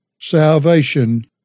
salvation